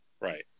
Right